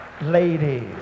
ladies